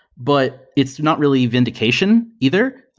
but it's not really vindication either.